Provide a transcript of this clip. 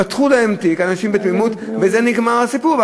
פתחו להם תיק, אנשים בתמימות ובזה נגמר הסיפור.